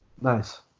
nice